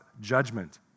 judgment